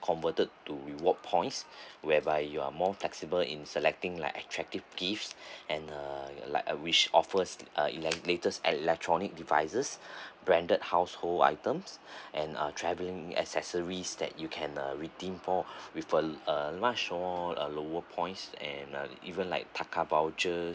converted to reward points whereby you are more flexible in selecting like attractive gifts and uh like uh which offers uh ele~ latest electronic devices branded household items and uh travelling accessories that you can uh redeem more with a lot uh large more uh lower points and uh even like taka vouchers